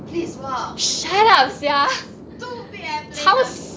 please work stupid airplane uh